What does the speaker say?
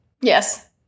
Yes